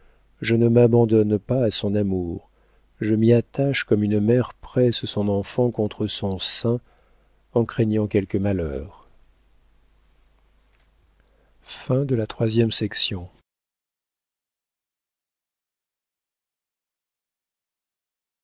je ne m'abandonne pas à son amour je m'y attache comme une mère presse son enfant contre son sein en craignant quelque malheur